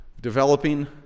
developing